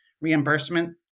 reimbursement